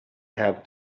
have